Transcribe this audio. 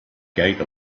gate